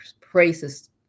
praises